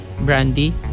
brandy